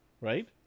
right